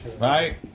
right